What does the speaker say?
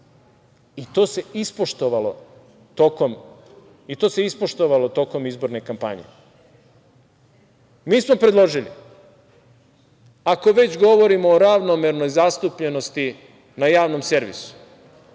i to se ispoštovalo tokom izborne kampanje. Mi smo predložili ako već govorimo o ravnomernom zastupljenosti na javnom servisu,